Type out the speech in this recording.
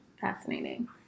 fascinating